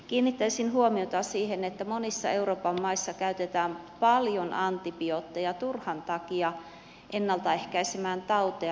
kiinnittäisin huomiota siihen että monissa euroopan maissa käytetään paljon antibiootteja turhan takia ennaltaehkäisemään tauteja